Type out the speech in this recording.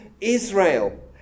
Israel